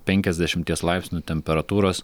penkiasdešimties laipsnių temperatūros